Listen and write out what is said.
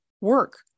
work